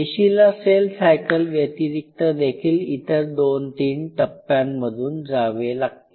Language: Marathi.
पेशीला सेल सायकल व्यतिरिक्त देखील इतर २ ३ टप्प्यांमधून जावे लागते